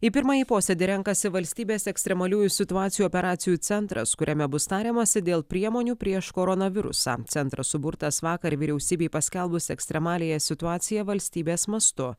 į pirmąjį posėdį renkasi valstybės ekstremaliųjų situacijų operacijų centras kuriame bus tariamasi dėl priemonių prieš koronavirusą centras suburtas vakar vyriausybei paskelbus ekstremaliąją situaciją valstybės mastu